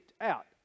out